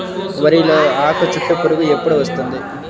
వరిలో ఆకుచుట్టు పురుగు ఎప్పుడు వస్తుంది?